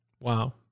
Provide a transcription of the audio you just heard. Wow